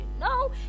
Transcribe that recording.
No